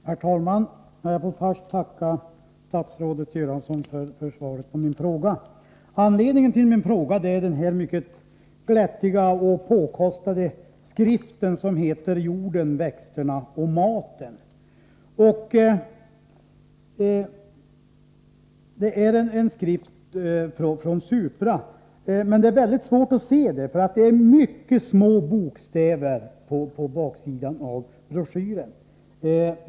Herr talman! Jag vill till att börja med tacka statsrådet Göransson för svaret på min fråga. Anledningen till frågan är en mycket glättig och påkostad skrift, som heter Jorden, växterna och maten. Det är en skrift från Supra, men det är mycket svårt att se det, eftersom det är skrivet med mycket små bokstäver på baksidan av broschyren.